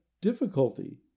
difficulty